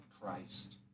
Christ